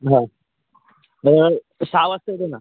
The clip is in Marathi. तर सा वाजता येतो ना